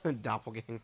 Doppelganger